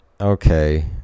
okay